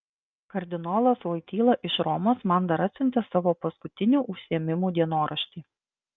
kardinolas voityla iš romos man dar atsiuntė savo paskutinių užsiėmimų dienoraštį